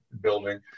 building